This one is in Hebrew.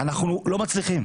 אנחנו לא מצליחים,